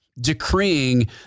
decreeing